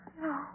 No